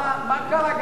מה קרה,